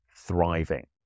thriving